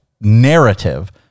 narrative